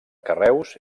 carreus